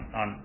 on